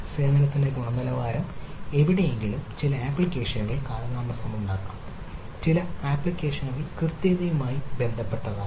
സേവനത്തിന്റെ ഗുണനിലവാരം എവിടെയെങ്കിലും ചില ആപ്ലിക്കേഷനുകൾ കാലതാമസമുണ്ടാകാം ചില ആപ്ലിക്കേഷനുകൾ കൃത്യതയുമായി ബന്ധപ്പെട്ടതാകാം